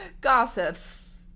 gossips